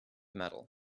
medal